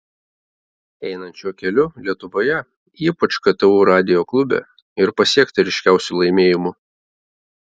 einant šiuo keliu lietuvoje ypač ktu radijo klube ir pasiekta ryškiausių laimėjimų